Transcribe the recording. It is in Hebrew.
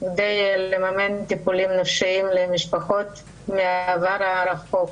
כדי לממן טיפולים נפשיים למשפחות מהעבר הרחוק.